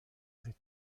des